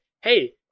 hey